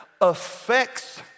affects